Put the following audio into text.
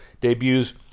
debuts